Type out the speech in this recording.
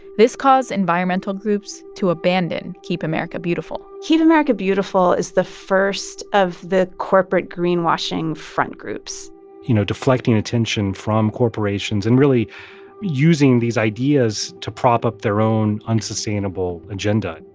this caused environmental groups to abandon keep america beautiful keep america beautiful is the first of the corporate greenwashing front groups you know, deflecting attention from corporations and really using these ideas to prop up their own unsustainable agenda.